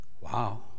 Wow